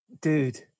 dude